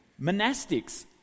Monastics